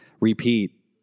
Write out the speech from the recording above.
repeat